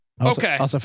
Okay